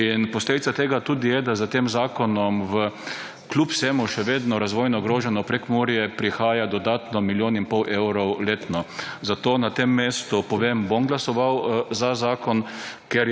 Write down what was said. Posledica tega je tudi, da s tem zakonom kljub vsemu še vedno razvojno ogroženo Prekmurje prihaja dodatno milijon in pol evrov letno. Zato na tem mestu povem, bom glasoval za zakon,